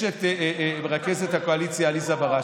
יש את רכזת הקואליציה עליזה בראשי,